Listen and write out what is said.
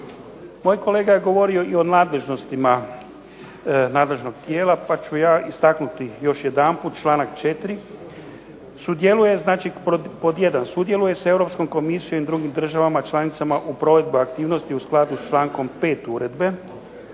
Moj kolega je govorio i o nadležnostima nadležnog tijela pa ću ja istaknuti još jedanput čl. 4. – pod 1. Sudjeluje s Europskom komisijom i drugim državama članicama u provedbi aktivnosti u skladu s čl. 5. Uredbe.